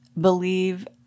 believe